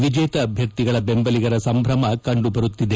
ವಿಜೇತ ಅಭ್ಯರ್ಥಿಗಳ ಬೆಂಬಲಿಗರ ಸಂಭ್ರಮ ಕಂಡು ಬರುತ್ತಿದೆ